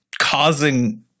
causing